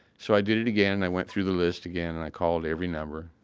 so i did it again, and i went through the list again, and i called every number.